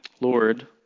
Lord